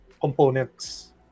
components